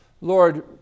Lord